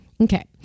Okay